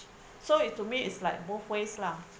so it to me it's like both ways lah